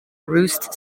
roost